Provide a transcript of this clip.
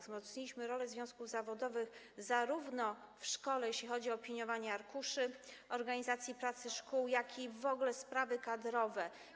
Wzmocniliśmy rolę związków zawodowych w szkole, jeśli chodzi zarówno o opiniowanie arkuszy organizacji pracy szkół, jak i w ogóle sprawy kadrowe.